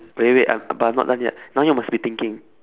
wait wait wait I'm but I'm not done yet now you must be thinking